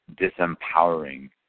disempowering